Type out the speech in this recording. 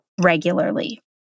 regularly